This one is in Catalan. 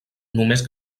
només